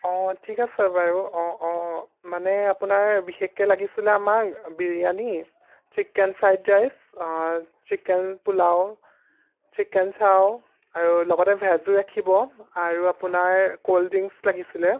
অঁ ঠিক আছে বাৰু অঁ অঁ মানে আপোনাৰ বিশেষকৈ লাগিছিলে আমাক biryani chicken fried rice chicken pulao chicken chow আৰু লগতে ভেজো ৰাখিব আৰু আপোনাৰ কল্ড ড্ৰিংকছ লাগিছিলে